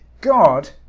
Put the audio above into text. God